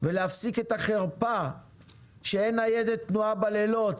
ולהפסיק את החרפה שאין ניידת תנועה בלילות,